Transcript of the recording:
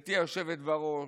גברתי היושבת בראש,